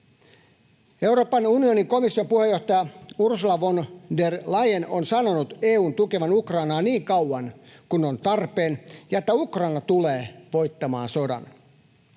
Euroopan unionin komission puheenjohtaja Ursula von der Leyen on sanonut EU:n tukevan Ukrainaa niin kauan kuin on tarpeen ja että Ukraina tulee voittamaan sodan.